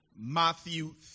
Matthew